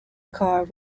car